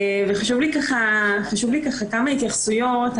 חשוב לי לומר כמה התייחסויות.